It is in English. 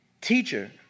teacher